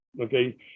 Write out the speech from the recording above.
okay